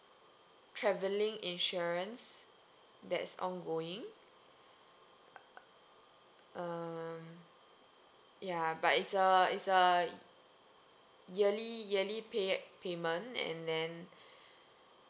travelling insurance that's ongoing um ya but it's a it's a yearly yearly pay payment and then